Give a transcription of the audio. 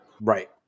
Right